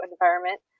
environment